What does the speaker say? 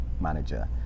manager